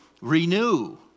renew